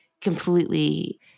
completely